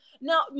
now